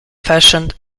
fashioned